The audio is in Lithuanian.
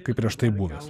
kaip prieš tai buvęs